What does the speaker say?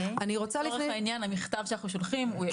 לצורך העניין המכתב שאנחנו שולחים הוא הכי.